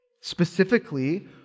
Specifically